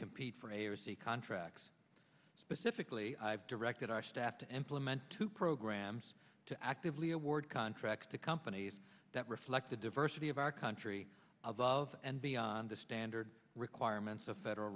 compete for air sea contracts specifically i've directed our staff to employment to programs to actively award contracts to companies that reflect the diversity of our country above and beyond the standard requirements of federal